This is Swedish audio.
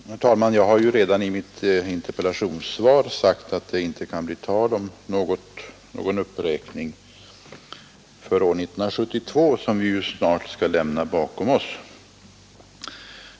Herr talman! Jag har ju redan i mitt interpellationssvar sagt att det inte kan bli tal om någon uppräkning för år 1972, som vi ju snart skall lämna bakom oss.